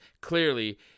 clearly